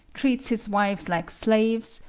treats his wives like slaves,